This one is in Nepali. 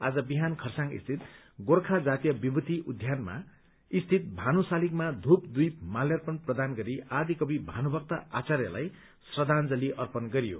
आज बिहान खरसाङ स्थित गोर्खा जातीय विभूति उद्यानमा स्थित भानू शालिगमा धूपद्वीप माल्यार्पण प्रदान गरी आदि कवि भानूभक्त आर्चायलाई श्रद्धांजली अर्पण गरियो